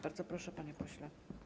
Bardzo proszę, panie pośle.